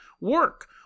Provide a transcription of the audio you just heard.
work